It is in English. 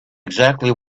exactly